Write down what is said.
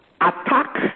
attack